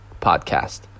podcast